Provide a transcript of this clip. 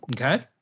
Okay